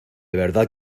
verdad